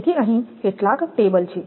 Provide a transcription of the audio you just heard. તેથી અહીં કેટલાક ટેબલ છે